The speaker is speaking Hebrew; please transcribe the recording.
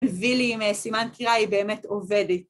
‫ביא לי אם סימן קריאה היא באמת עובדת.